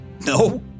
no